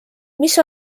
mis